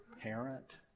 parent